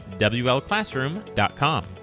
WLClassroom.com